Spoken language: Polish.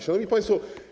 Szanowni Państwo!